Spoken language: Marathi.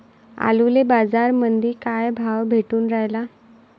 आलूले बाजारामंदी काय भाव भेटून रायला?